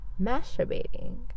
masturbating